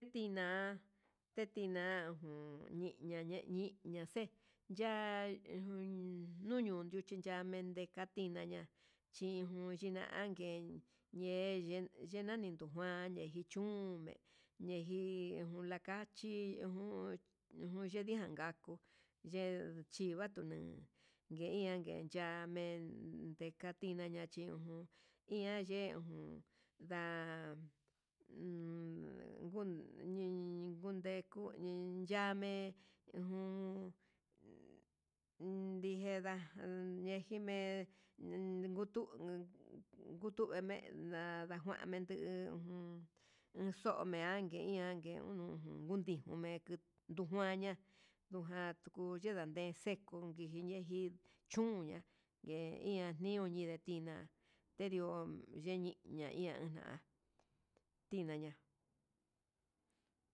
Te ñe tiná ujun ndeña ñeñi ñaxe ya'a ujun nuñu chikamente ka'a tiná ña chi ngun chinangue, ñe'e ye'e chinani nuu ján hi chunmen ndejí nulakachi ujun ujun ndikaku, ye'e chivatununa ngueingan ke cha'ame endatina ña'a chí uun ian ye'e ujun nda nguu nguniñuneko, iin yame'e ujun ndijenda enyejime'e ngutu ngutu enme'e nada'a nguanmendu ujun xiome iangue iña'a, nangue ujun nuti me'e kuu ndujuaña ngantuku yendanme xe'e ngue kun ye'e jí chunga gue ian ñu'u ñindetia, tedio yeni'a hí ña'a na'a tiná ñá.